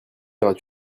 iras